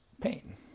pain